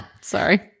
sorry